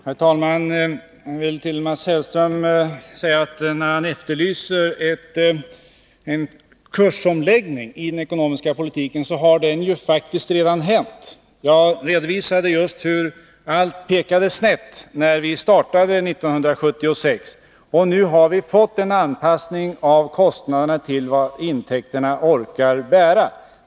Herr talman! Till Mats Hellström vill jag säga, när han efterlyser en kursomläggning i den ekonomiska politiken, att den faktiskt redan har skett. Jag redovisade just hur allt pekade snett när vi startade 1976. Nu har vi fått en anpassning av kostnaderna till vad intäkterna orkar bära.